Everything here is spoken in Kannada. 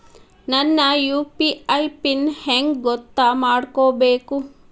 ನನ್ನ ಯು.ಪಿ.ಐ ಪಿನ್ ಹೆಂಗ್ ಗೊತ್ತ ಮಾಡ್ಕೋಬೇಕು?